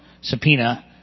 subpoena